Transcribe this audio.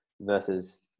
versus